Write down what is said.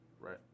Right